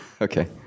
Okay